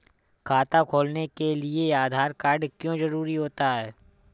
खाता खोलने के लिए आधार कार्ड क्यो जरूरी होता है?